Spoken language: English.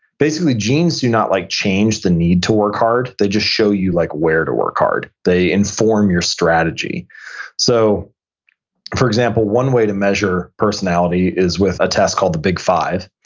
basically genes do not like change the need to work hard, they just show you like where to work hard. they inform your strategy so for example, one way to measure personality is with a test called the big five.